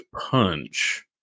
Punch